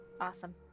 awesome